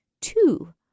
Two